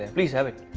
and please have it.